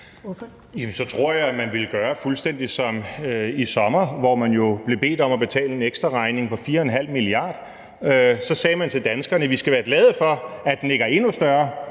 Så tror jeg, at man ville gøre fuldstændig som i sommer, hvor man jo blev bedt om at betale en ekstraregning på 4,5 mia. kr. Så sagde man til danskerne: Vi skal være glade for, at den ikke er endnu større.